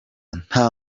nta